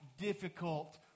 difficult